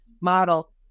model